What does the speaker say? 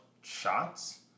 shots